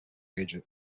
agent